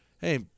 Hey